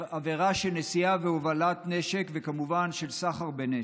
עבירה של נשיאה והובלת נשק וכמובן, של סחר בנשק,